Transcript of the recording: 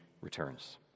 returns